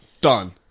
Done